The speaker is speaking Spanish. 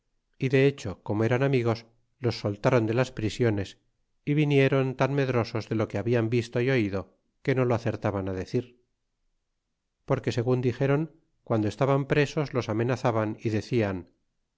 y de hecho como eran amigos los soltaron de las prisiones y vinieron tan medrosos de lo que habian visto é oido que no lo acertaban decir porque segun dixéron guando estaban presos los amenazaban y decian